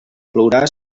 plourà